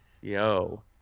yo